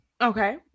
Okay